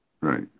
Right